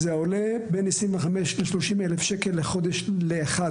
זה עולה בין 25 ל-30 אלף שקל לחודש לאחד,